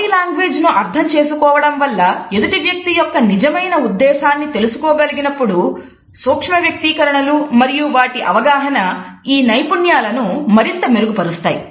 body language ను అర్థం చేసుకోవడం వల్ల ఎదుటి వ్యక్తి యొక్క నిజమైన ఉద్దేశాన్ని తెలుసుకోగలిగినప్పుడు సూక్ష్మ వ్యక్తీకరణలు మరియు వాటి అవగాహన ఈ నైపుణ్యాలను మరింత మెరుగుపరుస్తాయి